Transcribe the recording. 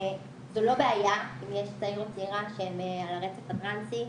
זו לא בעיה אם יש צעיר או צעירה שהם על הרצף הטרנסי,